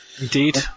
Indeed